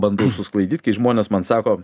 bandau susklaidyt kai žmonės man sako